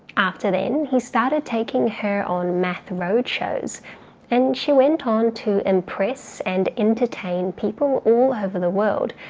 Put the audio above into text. after then he started taking her on math road shows and she went on to impress and entertain people all over the world.